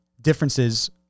differences